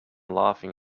laughing